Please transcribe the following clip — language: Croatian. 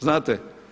Znate.